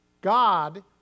God